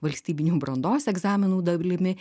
valstybinių brandos egzaminų darlimi